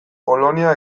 polonia